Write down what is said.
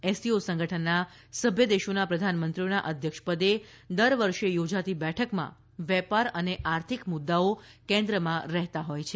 SCO સંગઠનનાના સભ્ય દેશોના પ્રધાનમંત્રીઓના અધ્યક્ષપદે દર વર્ષે યોજાતી બેઠકમાં વેપાર અને આર્થિક મુદ્દાઓ કેન્દ્રમાં રહેતા હોય છે